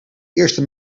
eerste